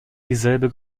dieselbe